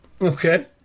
Okay